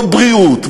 בבריאות,